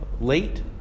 late